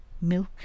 milk